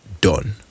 done